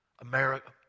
America